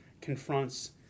confronts